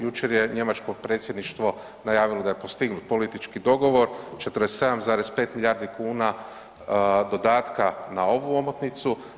Jučer je njemačko predsjedništvo najavilo da je postignut politički dogovor, 47,5 milijardi kuna dodatka na ovu omotnicu.